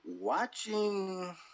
Watching